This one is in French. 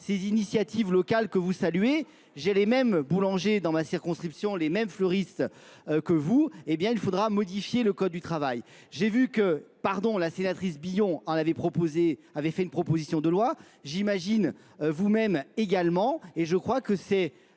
ces initiatives locales que vous saluez, J'ai les mêmes boulangers dans ma circonscription, les mêmes fleuristes que vous, eh bien il faudra modifier le code du travail. J'ai vu que, pardon, la sénatrice Billon en avait proposé, avait fait une proposition de loi. J'imagine vous-même également, et je crois que c'est...